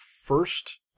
first